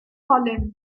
holland